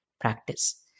practice